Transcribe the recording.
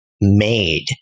made